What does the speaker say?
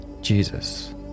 Jesus